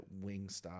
Wingstop